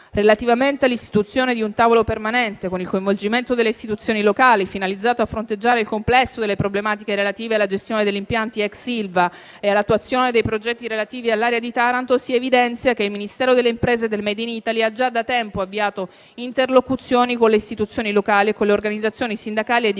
Relativamente all'istituzione di un tavolo permanente, con il coinvolgimento delle istituzioni locali, finalizzato a fronteggiare il complesso delle problematiche relative alla gestione degli impianti ex ILVA e all'attuazione dei progetti relativi all'area di Taranto, si evidenzia che il Ministero delle imprese e del made in Italy ha già da tempo avviato interlocuzioni con le istituzioni locali e con le organizzazioni sindacali e di